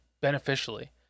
beneficially